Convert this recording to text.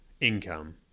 income